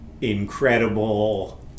incredible